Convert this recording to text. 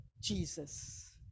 Jesus